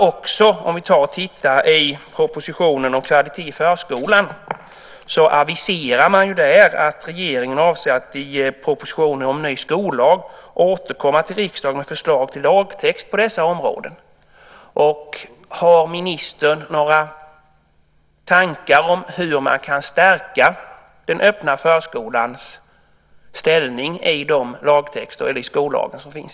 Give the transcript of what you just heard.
Om vi tittar i propositionen Kvalitet i förskolan aviserar man där att regeringen avser att i propositionen om ny skollag återkomma till riksdagen med förslag till lagtext på dessa områden. Har ministern några tankar om hur man kan stärka den öppna förskolans ställning i den skollag som finns?